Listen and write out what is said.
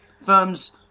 Firms